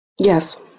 Yes